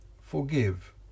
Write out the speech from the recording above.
forgive